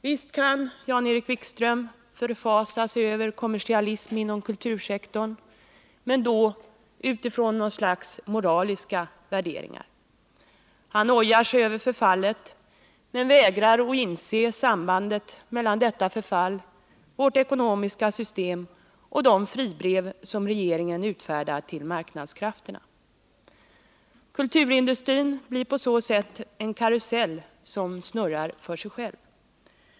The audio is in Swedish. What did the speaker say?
Visst kan Jan-Erik Wikström förfasa sig över kommersialism inom kultursektorn, men då från något slags moraliska värderingar. Han ojar sig över förfallet men vägrar att inse sambanden mellan detta ”förfall”, vårt ekonomiska system och de fribrev regeringen utfärdar till marknadskrafterna. Kulturindustrin blir på så sätt en kårusell som snurrar för sig själv.